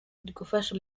gufasha